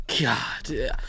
God